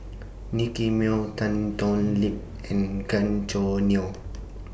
Nicky Moey Tan Thoon Lip and Gan Choo Neo